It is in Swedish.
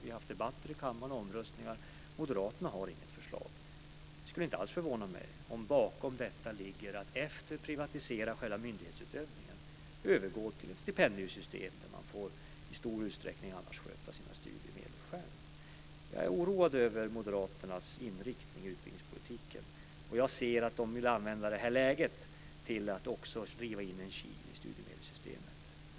Vi har också haft debatter och omröstningar i kammaren. Men Moderaterna har alltså inget förslag. Det skulle inte alls förvåna mig om bakom detta ligger att efter privatisering av själva myndighetsutövningen övergå till ett stipendiesystem där man i stor utsträckning själv får sköta sina studiemedel. Jag är oroad över Moderaternas inriktning i utbildningspolitiken och ser att de vill använda det här läget till att också driva in en kil i studiemedelssystemet.